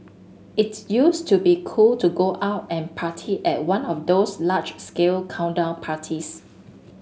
its used to be cool to go out and party at one of those large scale countdown parties